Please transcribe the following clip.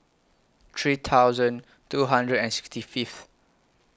three thousand two hundred and sixty Fifth